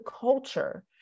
culture